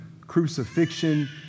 crucifixion